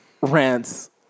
rants